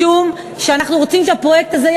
משום שאנחנו רוצים שהפרויקט הזה יהיה